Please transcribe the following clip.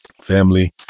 family